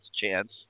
chance